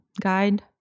guide